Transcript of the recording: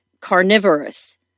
carnivorous